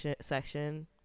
section